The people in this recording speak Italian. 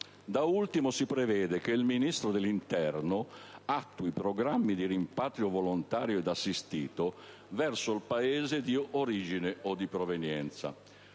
Da ultimo si prevede che il Ministro dell'interno attui programmi di rimpatrio volontario ed assistito verso il Paese di origine o di provenienza.